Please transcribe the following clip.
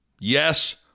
Yes